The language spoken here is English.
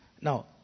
Now